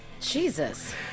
Jesus